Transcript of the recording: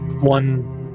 one